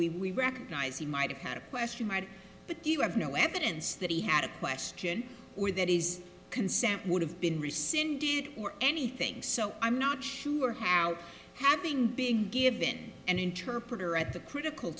mean we recognize he might have kind of question mark but you have no evidence that he had a question or that he's consent would have been rescinded or anything so i'm not sure how having been given an interpreter at the critical